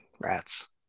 rats